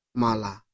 mala